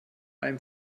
allem